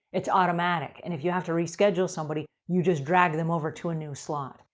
it's automatic. and if you have to reschedule somebody, you just drag them over to a new slot.